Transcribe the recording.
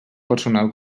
personal